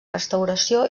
restauració